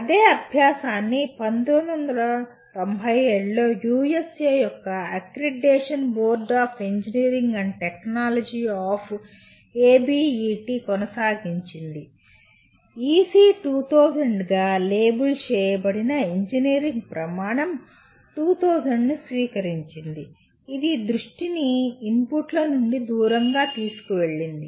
అదే అబ్యాసాన్ని 1997 లో USA యొక్క accreditation board of engineering and technology of ABET కొనసాగించింది EC2000 గా లేబుల్ చేయబడిన ఇంజనీరింగ్ ప్రమాణం 2000 ను స్వీకరించింది ఇది దృష్టిని ఇన్పుట్ల నుండి దూరంగా తీసుకువెళ్ళింది